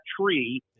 tree